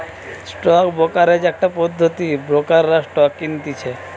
stock brokerage একটা পদ্ধতি ব্রোকাররা স্টক কিনতেছে